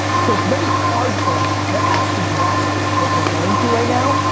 so it's very hard for us to actually grapple with what we're going through right now,